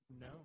No